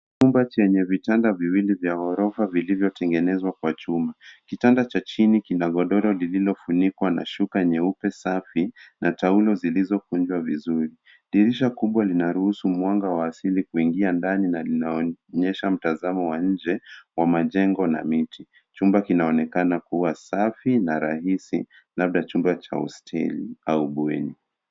Chumba chenye vitanda viwili vya ghorofa vilivyo tengenezwa kwa chuma. Kitanda cha chini kina godoro lililo funikwa kwa shuka nyeupe safi, na taulo zilizo kunjwa vizuri. Dirisha kubwa linaruhusu mwanga wa asili kuingia ndani na linaonyesha mtazamo wa inje wa majengo na miti. Chumba kinaonekana kuwa safi na rahisi, labda chumba cha hosteli au bweni.